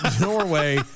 Norway